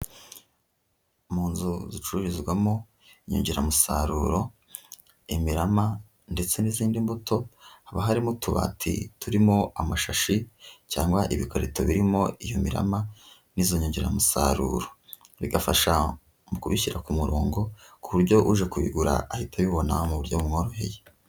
Mu nzu zicururizwamo inyongeramusaruro, imirama, ndetse n'izindi mbuto, haba harimo utubati turimo amashashi, cyangwa ibikarito birimo iyo mirama, n'izo nyongeramusaruro. Bigafasha mu kubishyira ku murongo, ku buryo uje kubiyigura, ahita abibona, mu buryo bumworoheye.